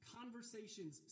conversations